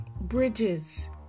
bridges